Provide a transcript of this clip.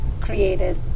created